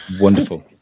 Wonderful